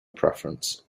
preference